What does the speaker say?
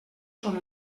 són